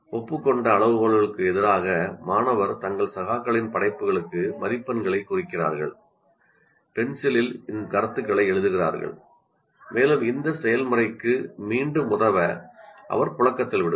ஒப்புக்கொண்ட அளவுகோல்களுக்கு எதிராக மாணவர் தங்கள் சகாக்களின் படைப்புகளுக்கு மதிப்பெண்களைக் குறிக்கிறார் பென்சிலில் கருத்துகளை எழுதுகிறார் மேலும் இந்த செயல்முறைக்கு மீண்டும் உதவ அவர் புழக்கத்தில் விடுகிறார்